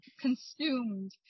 consumed